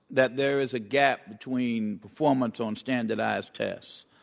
that there is a gap between performance on standardized tests,